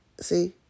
See